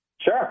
Sure